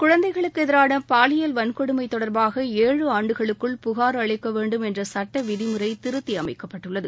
குழந்தைகளுக்கு எதிரான பாலியல் வள்கொடுமை தொடர்பாக ஏழு ஆண்டுகளுக்குள் புகார் அளிக்க வேண்டும் என்ற சட்ட விதிமுறை திருத்தி அமைக்கப்பட்டுள்ளது